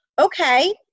okay